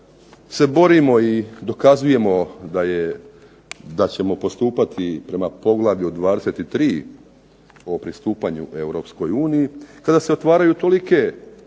se borimo i dokazujemo da ćemo postupati prema poglavlju 23. o pristupanju Europskoj uniji tada se otvaraju tolike